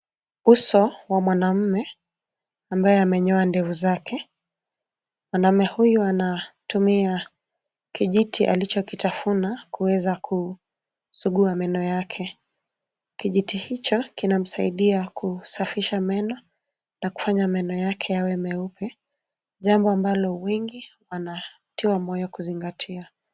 Uso wa mwanaume ambaye amenyoa ndevu zake. Mwanaume huyu anatumia kijiti alichokitafuna kuweza kusugua meno yake. Kijiti hicho kinamsaidia kusafisha meno na kufanya meno yake yawe meupe, jambo ambalo wengi wanatiwa moyo kuzingatia.